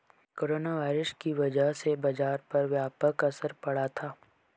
corona virus की वजह से बाजार पर व्यापक असर पड़ा था